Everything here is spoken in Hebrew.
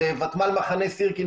בותמ"ל מחנה סירקין,